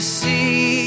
see